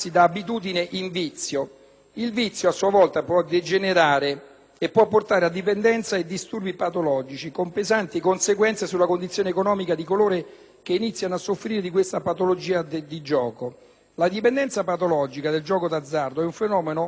e portare a dipendenza e disturbi patologici, con pesanti conseguenze sulla condizione economica di coloro che iniziano a soffrire di questa patologia di gioco. La dipendenza patologica dal gioco d'azzardo è un fenomeno molto sottostimato in Italia - e ahimè anche da questo